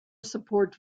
support